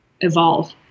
evolve